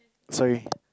sorry